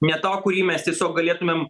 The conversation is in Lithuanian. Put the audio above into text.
ne to kurį mes tiesiog galėtumėm